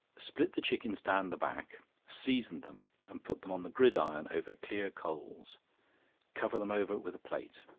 split the chickens down the back season them, and put them on the gridiron over clear coals cover them over with a plate,